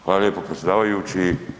Hvala lijepa predsjedavajući.